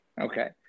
Okay